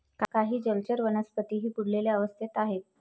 काही जलचर वनस्पतीही बुडलेल्या अवस्थेत आहेत